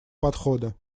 подхода